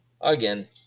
again